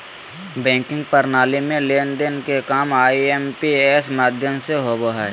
banking प्रणाली में लेन देन के काम आई.एम.पी.एस माध्यम से होबो हय